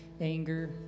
anger